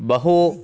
बहु